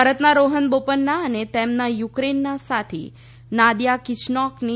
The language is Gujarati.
ભારતના રોફન બોપન્ના અને તેમના યુક્રેનના સાથી નાદીયા કિચેનોકની